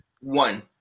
One